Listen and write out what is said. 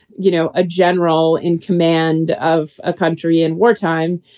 you know, a general in command of a country in wartime,